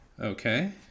Okay